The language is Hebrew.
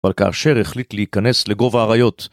אבל כאשר החליט להיכנס לגוב האריות